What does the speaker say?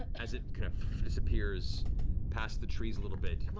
as it kind of disappears past the trees a little bit,